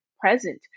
present